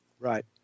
Right